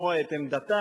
לשמוע את עמדתם.